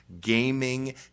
gaming